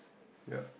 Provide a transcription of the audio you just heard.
yup